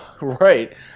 Right